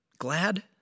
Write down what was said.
glad